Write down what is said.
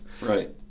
Right